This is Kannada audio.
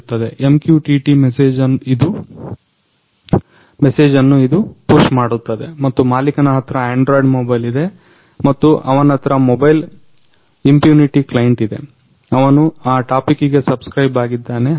MQTTಮೆಸೇಜನ್ನು ಇದು ಪುಶ್ ಮಾಡುತ್ತದೆ ಮತ್ತು ಮಾಲಿಕನ ಹತ್ರ ಆಂಡ್ರಾಯ್ಡ್ ಮೊಬೈಲ್ ಇದೆ ಮತ್ತು ಅವನತ್ರ ಮೊಬೈಲ್ ಇಂಪ್ಯುನಿಟಿ ಕ್ಲೈಂಟ್ ಇದೆ ಅವನು ಆ ಟಾಪಿಕ್ಗೆ ಸಬ್ಸ್ಕ್ರೈಬ್ ಆಗಿದ್ದಾನೆ